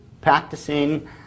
practicing